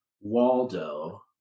Waldo